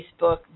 Facebook